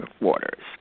waters